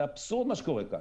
זה אבסורד מה שקורה כאן.